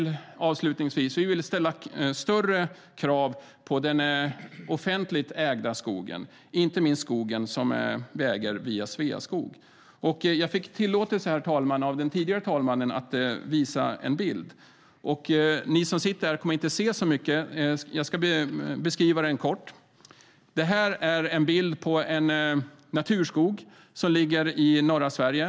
Avslutningsvis vill vi ställa högre krav när det gäller den offentligt ägda skogen, inte minst den skog vi äger via Sveaskog. Jag ska visa ett par bilder, och eftersom ni som sitter här inte kommer att se så mycket ska jag beskriva dem kort. Den första är en bild på en naturskog som ligger i norra Sverige.